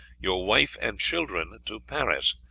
your wife and children to paris,